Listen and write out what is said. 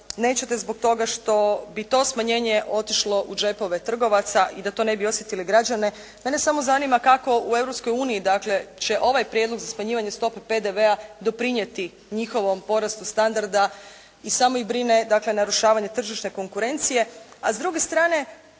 nećete zbog toga što bi to smanjenje otišlo u džepove trgovaca i da to ne bi osjetili građani. Mene samo zanima kako u Europskoj uniji dakle, će ovaj prijedlog za smanjivanje stope PDV-a doprinijeti njihovom porastu standarda. I samo ih brine dakle, narušavanje tržišne konkurencije.